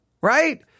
right